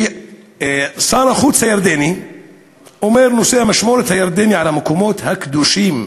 ושר החוץ הירדני אומר: נושא המשמורת הירדנית על המקומות הקדושים,